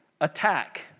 attack